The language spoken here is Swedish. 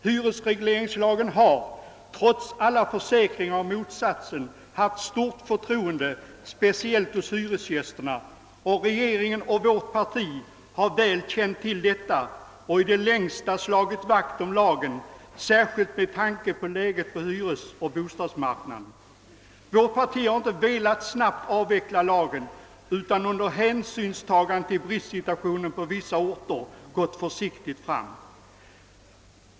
Hyresregleringslagen har trots alla försäkringar om motsatsen omfattats med stort förtroende, speciellt hos hyresgästerna. Regeringen och vårt parti har känt väl till detta och i det längsta slagit vakt om lagen, särskilt med tanke på läget på hyresoch bostadsmarknaden. Vårt parti har inte velat avveckla lagen snabbt utan har velat göra det under hänsynstagande till bristsituationen på vissa orter. Man har därför gått försiktigt fram.